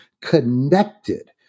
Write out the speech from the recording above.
connected